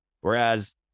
Whereas